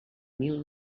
mil